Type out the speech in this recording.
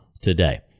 today